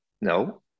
No